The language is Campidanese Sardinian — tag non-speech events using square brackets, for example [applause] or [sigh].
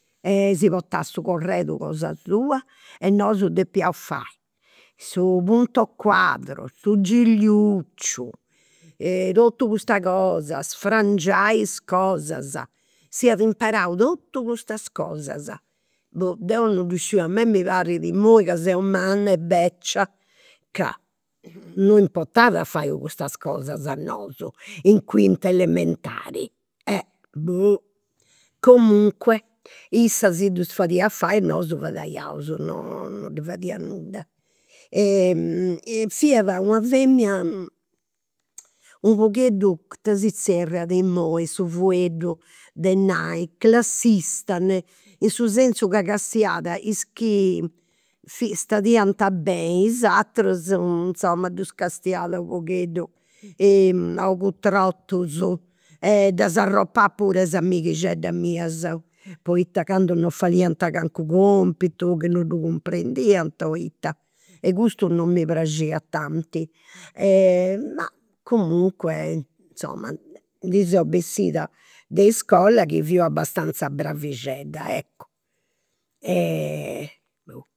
E si portat su corredu cosa sua e nosu depiaus fai su punto quadro, su gigliuciu, totu custa cosa, sfrangiai is cosas. Siat imparau totus custas cosas. [hesitation] Deu non ddu sciu a mei mi parrit imui ca seu manna e becia ca [hesitation] non importat a fai custas cosas a nosu. In quinta elementari. [hesitation] Boh. Comunque issa si ddus fadia fai e nosu fadaiaus, non ndi fadia nudda. Fiat una femina u' pagheddu [hesitation] ita si zerriat imui su fueddu de nai, classista in su sensu ca castiat is chi stadiant beni, is aterus, insoma, ddus castiat u' pogheddu a ogus trotus e ddas arropat puru a is amighixeddas mias. Poita candu non fadiant calincunu compitu, chi non ddu cumprendiant o ita. E custu non mi praxiat tanti. Ma comunque, insoma, ndi seu bessida de iscola chi fiu abastanza bravixedda, eccu [hesitation]